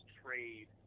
trade